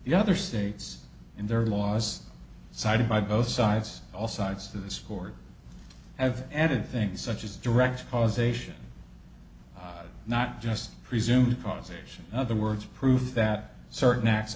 the other states and there are laws cited by both sides all sides of this court have added things such as direct causation not just presumed causation other words prove that certain acts